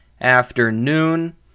afternoon